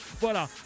voilà